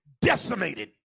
Decimated